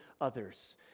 others